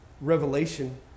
revelation